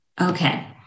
Okay